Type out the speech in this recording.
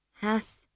hath